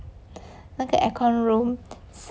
那个 aircon room